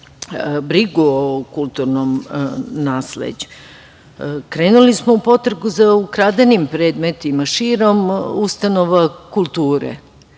brigu o kulturnom nasleđu. Krenuli smo za potragu za ukradenim predmetima širom ustanova kulture,